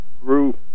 grew